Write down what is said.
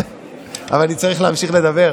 אבל אני צריך להמשיך לדבר,